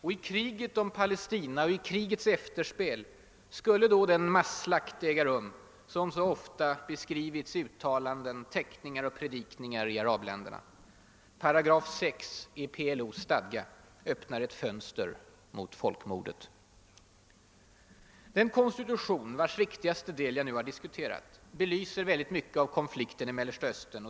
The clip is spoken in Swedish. I kriget om Palestina och i krigets efterspel skulle då den massslakt äga rum som så ofta beskrivits i uttalanden, teckningar och predikningar i arabländerna. Paragraf 6 i PLO:s stadga öppnar ett fönster mot folkmordet. Den konstitution, vars viktigaste del jag nu har berört belyser mycket av debatten om konflikten i Mellersta Östern.